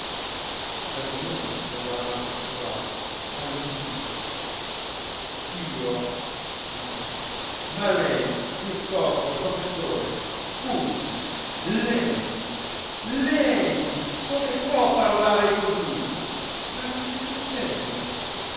giacomino lo guarda trasecolato allibito io dice ma lei piuttosto professore scusi lei lei come può parlare così ma dice sul serio